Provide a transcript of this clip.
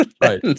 Right